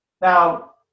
Now